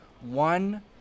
one